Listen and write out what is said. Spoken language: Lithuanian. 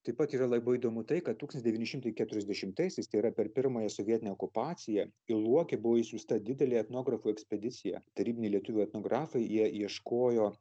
taip pat yra labai įdomu tai kad tūkstantis devyni šimtai keturiasdešimtaisiais tai yra per pirmąją sovietinę okupaciją į luokę buvo išsiųsta didelė etnografų ekspedicija tarybiniai lietuvių etnografai jie ieškojo